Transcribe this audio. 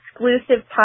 exclusive